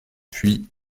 puis